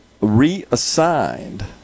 reassigned